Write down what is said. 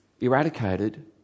eradicated